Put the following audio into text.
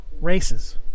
Races